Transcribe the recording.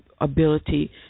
ability